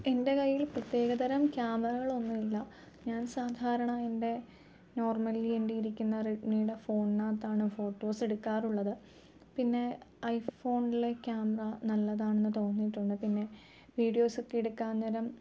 എൻ്റെ കയ്യിൽ പ്രത്യേകതരം ക്യാമറകളൊന്നുമില്ല ഞാൻ സാധാരണ എൻ്റെ നോർമലി എൻ്റെ കയ്യിൽ ഇരിക്കുന്ന റെഡ്മിയുടെ ഫോണിനകത്താണ് ഫോട്ടോസ് എടുക്കാറുള്ളത് പിന്നെ ഐഫോണിലെ ക്യാമറ നല്ലതാണെന്ന് തോന്നിയിട്ടുണ്ട് പിന്നെ വീഡിയോസ് ഒക്കെ എടുക്കാൻന്നേരം